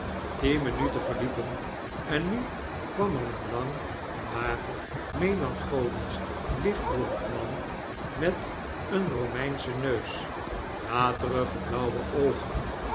tien minuten verliepen en nu kwam er een lang mager melftncholisch lichtblond man met een romeinschen neus waterige blauwe oogen